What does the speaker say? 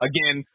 Again